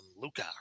Luca